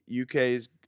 UK's